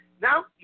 Now